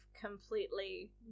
completely